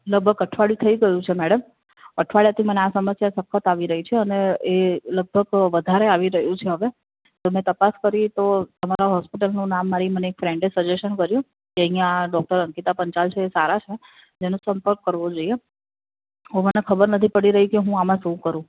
લગભગ અઠવાડિયું થઇ ગયું છે મૅડમ અઠવાડિયાથી મને આ સમસ્યા સતત આવી રહી છે અને લગભગ એ વધારે આવી રહ્યું છે હવે તો મેં તપાસ કરી તો તમારા હૉસ્પિટલનું નામ મારી મને એક ફ્રેન્ડે સજેશન કર્યું કે અહીંયા ડૉક્ટર અંકિતા પંચાલ છે એ સારાં છે જેનો સંપર્ક કરવો જોઈએ હવે મને ખબર નથી પડી રહી કે હું આમાં શું કરું